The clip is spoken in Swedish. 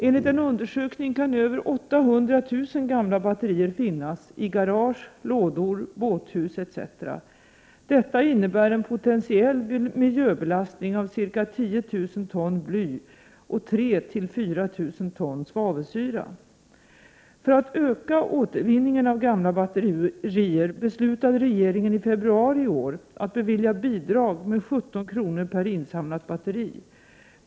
Enligt en undersökning kan över 800 000 gamla batterier finnas i garage, lador, båthus etc. Detta innebär en potentiell miljöbelastning av ca 10 000 ton bly och 3 0004 000 ton svavelsyra. För att öka återvinningen av gamla batterier beslutade regeringen i februari i år att bevilja bidrag med 17 kr. per insamlat batteri.